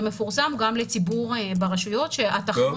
זה מפורסם גם לציבור ברשויות שהתחנות